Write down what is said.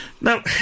Now